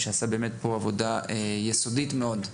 שעשה פה עבודה באמת יסודית מאוד.